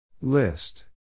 List